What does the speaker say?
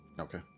Okay